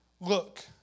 Look